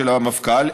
של המפכ"ל,